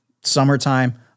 summertime